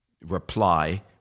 reply